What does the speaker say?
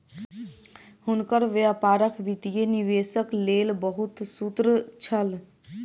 हुनकर व्यापारक वित्तीय निवेशक लेल बहुत सूत्र छल